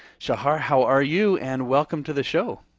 shahar, how are you? and, welcome to the show.